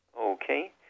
Okay